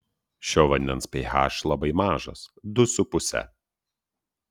šio vandens ph labai mažas du su puse